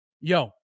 Yo